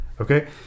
okay